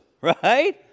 right